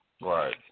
Right